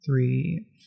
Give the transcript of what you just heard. three